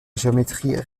géométrie